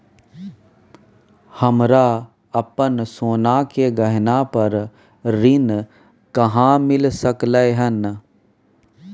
हमरा अपन सोना के गहना पर ऋण कहाॅं मिल सकलय हन?